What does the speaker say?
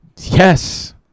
Yes